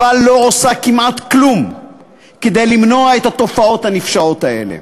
אבל לא עושה כמעט כלום כדי למנוע את התופעות הנפשעות האלה.